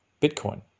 Bitcoin